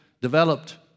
developed